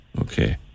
Okay